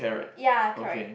ya correct